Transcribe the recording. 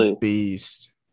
beast